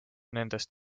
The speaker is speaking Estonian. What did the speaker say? nendest